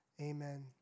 amen